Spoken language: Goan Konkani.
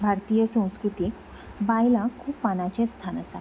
भारतीय संस्कृतींत बायलांक खूब मानाचें स्थान आसा